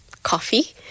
coffee